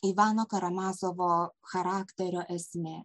ivano karamazovo charakterio esmė